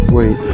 Wait